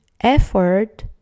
effort